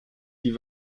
die